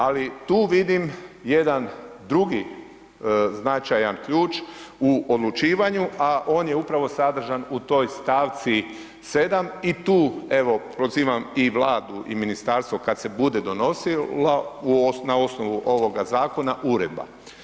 Ali tu vidim jedan drugi značajan ključ u odlučivanju a on je upravo sadržan u toj stavci 7 i tu evo prozivam i Vladu i ministarstvo kada se bude donosilo na osnovu ovoga zakona uredba.